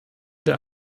der